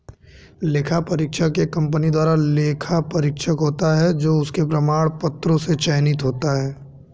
लेखा परीक्षक एक कंपनी द्वारा लेखा परीक्षक होता है जो उसके प्रमाण पत्रों से चयनित होता है